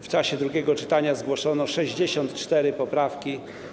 W czasie drugiego czytania zgłoszono 64 poprawki.